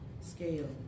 scale